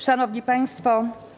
Szanowni Państwo!